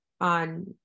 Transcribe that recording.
on